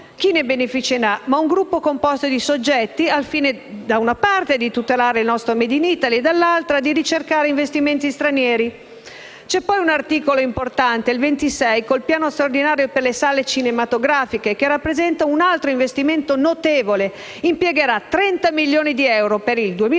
di cui beneficerà un gruppo composito di soggetti, al fine, da una parte, di tutelare il nostro *made in Italy* e, dall'altra, di ricercare investimenti stranieri. Vi è poi un articolo importante, il 26, quel piano straordinario per le sale cinematografiche, che rappresenta un altro investimento notevole. Esso impiegherà 30 milioni di euro annui per il 2017,